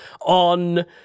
on